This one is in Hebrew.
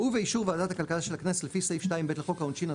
ובאישור ועדת הכלכלה של הכנסת לפי סעיף 2(ב) לחוק העונשין,